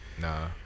Nah